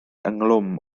ynghlwm